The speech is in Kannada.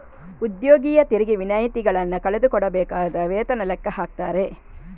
ಉದ್ಯೋಗಿಯ ತೆರಿಗೆ ವಿನಾಯಿತಿಗಳನ್ನ ಕಳೆದು ಕೊಡಬೇಕಾದ ವೇತನ ಲೆಕ್ಕ ಹಾಕ್ತಾರೆ